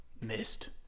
Missed